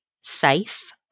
safe